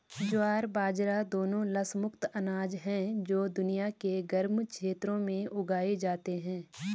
ज्वार बाजरा दोनों लस मुक्त अनाज हैं जो दुनिया के गर्म क्षेत्रों में उगाए जाते हैं